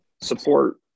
support